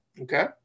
Okay